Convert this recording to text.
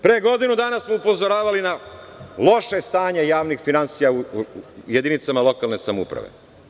Pre godinu dana smo upozoravali na loše stanje javnih finansija u jedinicama lokalne samouprave.